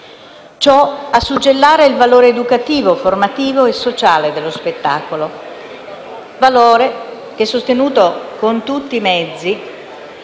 ciò a suggellare il valore educativo, formativo e sociale dello spettacolo, un valore sostenuto con tutti i mezzi.